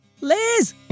Liz